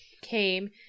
came